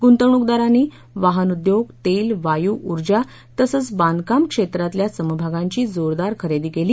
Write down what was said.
गुंतवणूकदारांनी वाहन उद्योग तेल वायू ऊर्जा तसंच बांधकाम क्षेत्रातल्या समभागांची जोरदार खरेदी केली